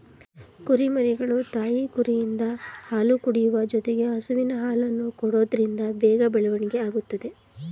ಕುರಿಮರಿಗಳು ತಾಯಿ ಕುರಿಯಿಂದ ಹಾಲು ಕುಡಿಯುವ ಜೊತೆಗೆ ಹಸುವಿನ ಹಾಲನ್ನು ಕೊಡೋದ್ರಿಂದ ಬೇಗ ಬೆಳವಣಿಗೆ ಆಗುತ್ತದೆ